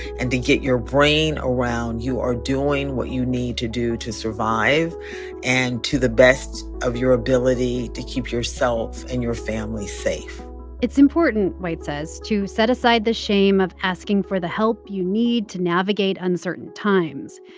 and to get your brain around, you are doing what you need to do to survive and to the best of your ability to keep yourself and your family safe it's important, white says, to set aside the shame of asking for the help you need to navigate uncertain times.